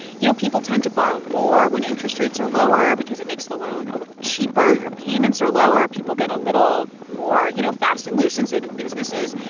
you know, people tend to borrow more when interest rates are lower because it makes the loan a little cheaper, your payments are lower, people get a little more, you know, fast and loose and so do businesses.